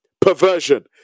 perversion